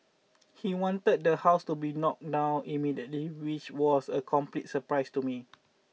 he wanted the house to be knocked down immediately which was a complete surprise to me